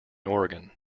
oregon